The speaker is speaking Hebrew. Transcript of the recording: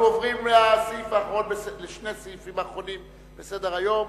אנחנו עוברים לשני הסעיפים האחרונים בסדר-היום,